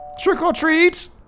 Trick-or-treat